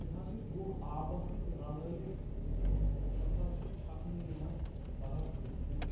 یہِ حظ یہِ گۄہ آبَس سۭتۍ رَلٲیِتھ پَتہٕ حظ چھِ چھَکھ نہٕ یِوان بَرَس بٕتھِ کَنۍ